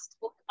book